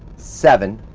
seven.